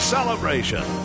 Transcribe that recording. Celebration